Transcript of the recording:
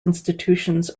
institutions